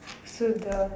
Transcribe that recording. so the